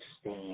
stand